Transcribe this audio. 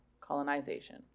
colonization